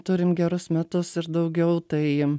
turim gerus metus ir daugiau tai